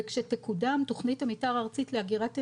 וכשתקודם תוכנית המתאר הארצית לאגירת אנרגיה,